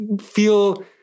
feel